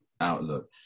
outlook